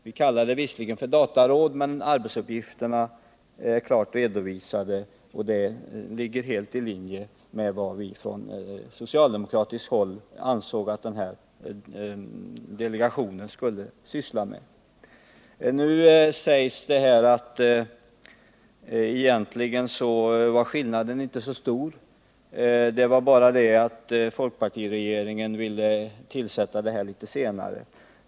Vi talar visserligen där om dataråd, men arbetsuppgifterna är klart redovisade, och de ligger helt i linje med vad vi från socialdemokratiskt håll ansåg att datadelegationen skulle syssla med. Nu sägs det här att skillnaderna i uppfattning på den här punkten inte var så stora. Det var bara det att folkpartiregeringen ville tillsätta delegationen litet senare.